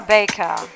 Baker